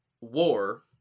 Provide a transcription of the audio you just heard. war